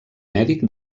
mèdic